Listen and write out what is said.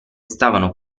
stavano